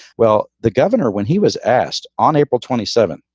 well, the governor, when he was asked on april twenty seven,